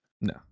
No